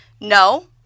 No